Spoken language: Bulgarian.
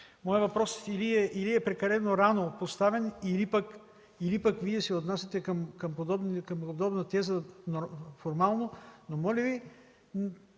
моят въпрос е прекалено рано поставен, или пък Вие се отнасяте към подобна теза формално, но, моля Ви,